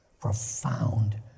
profound